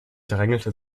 drängelte